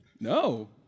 No